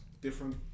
different